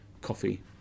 coffee